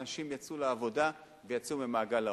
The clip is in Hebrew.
אנשים יצאו לעבודה ויצאו ממעגל העוני.